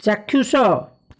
ଚାକ୍ଷୁଷ